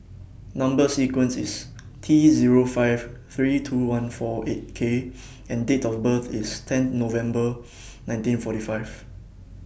Number sequence IS T Zero five three two one four eight K and Date of birth IS ten November nineteen forty five